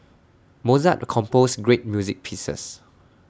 Mozart composed great music pieces